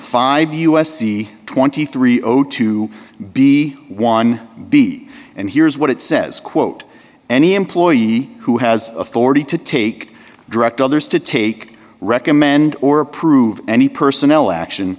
five us c twenty three o two b one b and here's what it says quote any employee who has authority to take direct others to take recommend or approve any personnel action